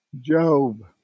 Job